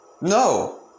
No